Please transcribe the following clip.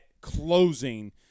Closing